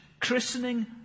Christening